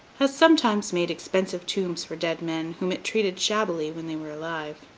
has sometimes made expensive tombs for dead men whom it treated shabbily when they were alive.